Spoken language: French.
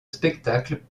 spectacle